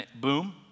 boom